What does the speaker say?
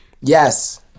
Yes